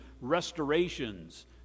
restorations